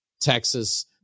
Texas